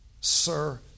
Sir